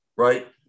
right